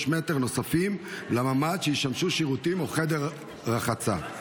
מטרים נוספים לממ"ד שישמשו שירותים או חדר רחצה.